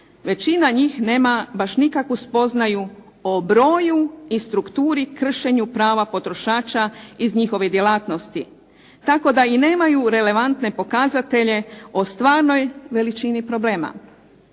većina njih nema baš nikakvu spoznaju o broju i strukturi kršenju prava potrošača iz njihovih djelatnosti. Tako da i nemaju relevantne pokazatelje o stvarnoj veličini problema